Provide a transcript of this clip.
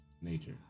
nature